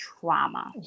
trauma